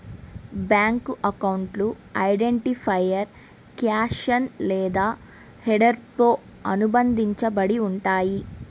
bank అకౌంట్లు identifier caption లేదా హెడర్తో అనుబంధించబడి ఉంటయ్యి